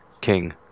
King